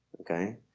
Okay